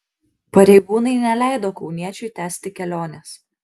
pareigūnai neleido kauniečiui tęsti kelionės